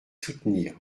soutenir